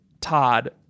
Todd